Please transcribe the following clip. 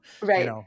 Right